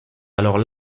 alors